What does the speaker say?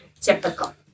Typical